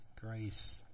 grace